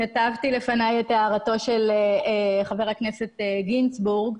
כתבתי לפני את הערתו של חבר הכנסת חבר הכנסת גינזבורג.